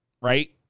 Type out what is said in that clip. right